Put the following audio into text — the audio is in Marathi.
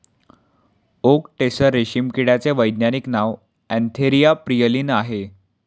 ओक टेसर रेशीम किड्याचे वैज्ञानिक नाव अँथेरिया प्रियलीन आहे